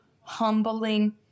humbling